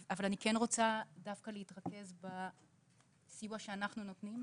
אבל אני כן רוצה להתרכז בסיוע שאנחנו נותנים